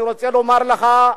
אני רוצה לומר לך,